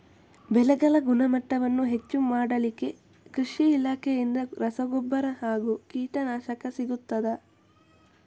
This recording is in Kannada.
ಬೆಳೆಗಳ ಗುಣಮಟ್ಟ ಹೆಚ್ಚು ಮಾಡಲಿಕ್ಕೆ ಕೃಷಿ ಇಲಾಖೆಯಿಂದ ರಸಗೊಬ್ಬರ ಹಾಗೂ ಕೀಟನಾಶಕ ಸಿಗುತ್ತದಾ?